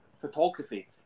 photography